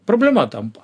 problema tampa